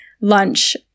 lunch